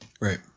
Right